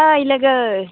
ओइ लोगो